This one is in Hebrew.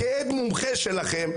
כעד מומחה שלכם,